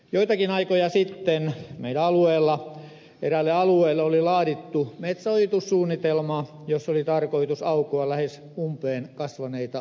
joitakin aikoja sitten meidän alueellamme eräälle alueelle oli laadittu metsänojitussuunnitelma jossa oli tarkoitus aukoa lähes umpeen kasvaneita ojia